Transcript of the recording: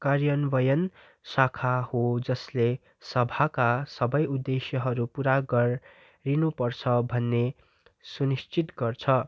कार्यान्वयन शाखा हो जसले सभाका सबै उद्देश्यहरू पुरा गरिनु पर्छ भन्ने सुनिश्चित गर्छ